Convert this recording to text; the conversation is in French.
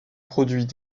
produits